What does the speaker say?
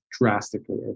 drastically